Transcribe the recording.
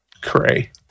cray